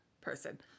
person